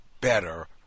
better